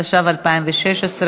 התשע"ו 2016,